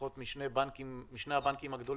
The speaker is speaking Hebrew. לפחות משני הבנקים הגדולים,